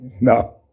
No